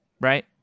right